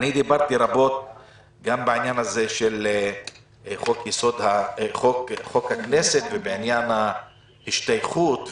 דיברתי רבות גם בעניין הזה של חוק הכנסת ובעניין ההשתייכות,